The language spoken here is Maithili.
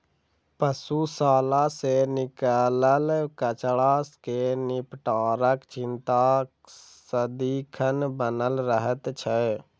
पशुशाला सॅ निकलल कचड़ा के निपटाराक चिंता सदिखन बनल रहैत छै